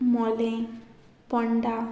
Mollem Ponda